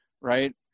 right